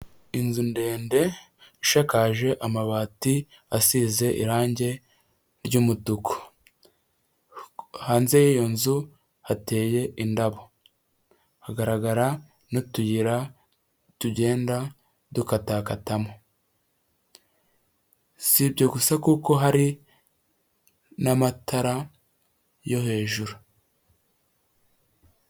Inzu ndende ishakaje amabati asize irange ry'umutuku, hanze y'iyo nzu hateye indabo, hagaragara n'utuyira tugenda dukatakatamo, si ibyo gusa kuko hari n'amatara yo hejuru.